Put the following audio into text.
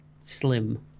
slim